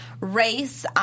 race